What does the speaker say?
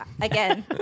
again